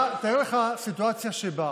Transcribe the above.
תאר לך סיטואציה שבה